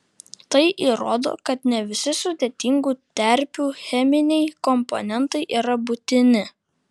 tai įrodo kad ne visi sudėtingų terpių cheminiai komponentai yra būtini